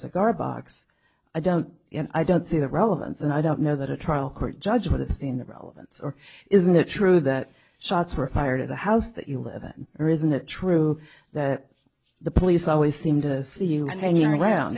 cigar box i don't i don't see the relevance and i don't know that a trial court judge would have seen the relevance or isn't it true that shots were fired at the house that you live in or isn't it true that the police always seem to see you w